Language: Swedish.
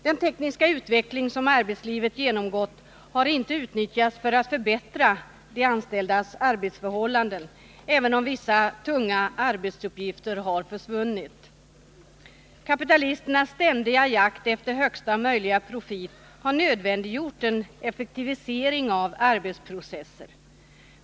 Den tekniska utveckling som arbetslivet genomgått har inte utnyttjats för att förbättra de anställdas arbetsförhållanden, även om vissa tunga arbetsuppgifter har försvunnit. Kapitalisternas ständiga jakt efter högsta möjliga profit har nödvändiggjort en effektivisering av arbetsprocesser.